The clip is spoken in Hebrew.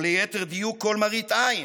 או ליתר דיוק כל מראית עין,